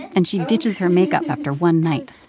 and she ditches her makeup after one night.